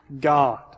God